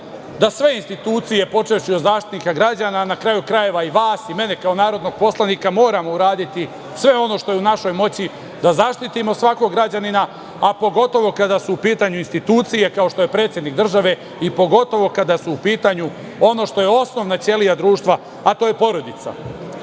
da sve institucije počevši od Zaštitnika građana, na kraju krajeva i vas i mene kao narodnog poslanika, moramo uraditi sve ono što je u našoj moći da zaštitimo svakog građanina, a pogotovo kada su u pitanju institucije kao što je predsednik države i pogotovo kada je u pitanju ono što je osnovna ćelija društva, a to je porodica.Međutim,